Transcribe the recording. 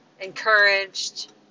encouraged